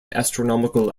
astronomical